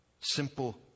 simple